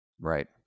Right